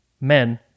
men